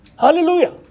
hallelujah